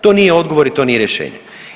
To nije odgovor i to nije rješenje.